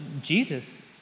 Jesus